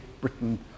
Britain